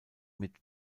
mit